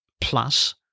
plus